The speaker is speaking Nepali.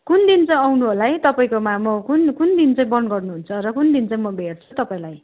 कुन दिन चाहिँ आउनु होला है तपाईँकोमा म कुन कुन दिन चाहिँ बन्द गर्नु हुन्छ र कुन दिन चाहिँ म भेट्छु तपाईँलाई